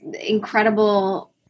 incredible